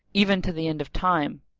even to the end of time.